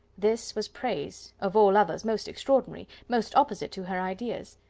this was praise, of all others most extraordinary, most opposite to her ideas.